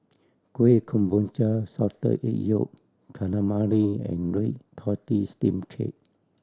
Kueh Kemboja Salted Egg Yolk Calamari and red tortoise steamed cake